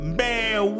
man